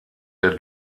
der